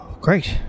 Great